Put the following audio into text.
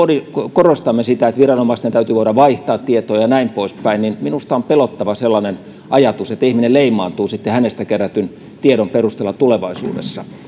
korostamme sitä että viranomaisten täytyy voida vaihtaa tietoja ja näin pois päin minusta on pelottava sellainen ajatus että ihminen leimautuu hänestä kerätyn tiedon perusteella tulevaisuudessa